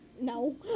No